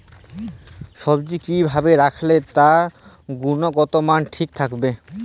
সবজি কি ভাবে রাখলে তার গুনগতমান ঠিক থাকবে?